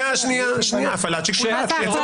הפעלת שיקול דעת.